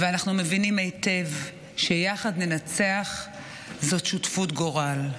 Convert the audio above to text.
ואנחנו מבינים היטב שיחד ננצח זאת שותפות גורל.